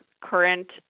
current